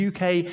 UK